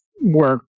work